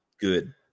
good